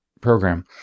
program